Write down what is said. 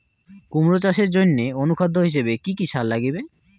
কুমড়া চাষের জইন্যে অনুখাদ্য হিসাবে কি কি সার লাগিবে?